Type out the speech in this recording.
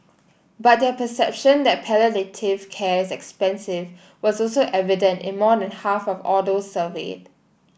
but their perception that palliative care is expensive was also evident in more than half of all those surveyed